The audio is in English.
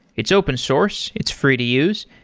it's open source. it's free to use,